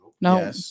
No